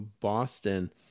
Boston